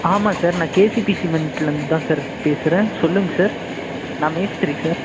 ஆமாம் சார் நான் கேசிபி சிமெண்ட்லிருந்து தான் சார் பேசுகிறேன் சொல்லுங்க சார் நான் மேஸ்த்ரி சார்